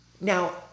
Now